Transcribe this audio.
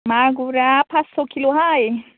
मागुरा फासस' किल' हाय